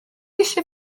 eisiau